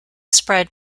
spread